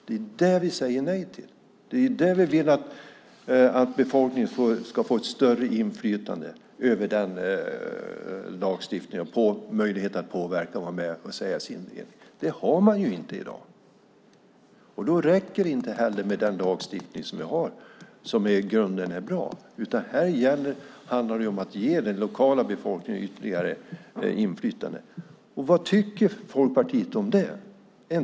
Det är det vi säger nej till, det är det vi vill att befolkningen ska få ett större inflytande över, få möjlighet att påverka och säga sin mening. Det räcker heller inte med den lagstiftning vi har i dag, som i grunden är bra. Här handlar det om att ge den lokala befolkningen ytterligare inflytande. Vad tycker Folkpartiet om det?